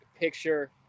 picture